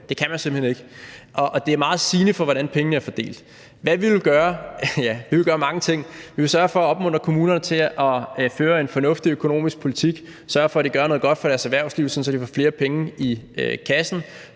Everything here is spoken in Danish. Det kan man simpelt hen ikke. Og det er meget sigende for, hvordan pengene er fordelt. Hvad vi ville gøre? Ja, vi ville gøre mange ting. Vi ville sørge for at opmuntre kommunerne til at føre en fornuftig økonomisk politik og sørge for at gøre noget godt for deres erhvervsliv, sådan at de fik flere penge i kassen